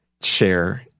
share